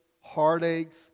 heartaches